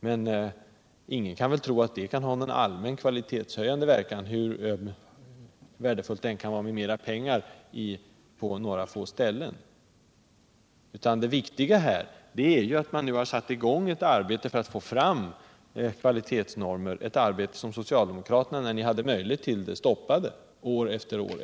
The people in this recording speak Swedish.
Men ingen kan väl tro att det kan ha någon allmän kvalitetshöjande verkan, hur värdefullt det än kan vara med mera pengar på några få ställen. Det viktiga här är ju att man nu har satt i gång ett arbete för att få fram kvalitetsnormer, ett arbete som socialdemokraterna, när de hade möjlighet till det, stoppade år efter år.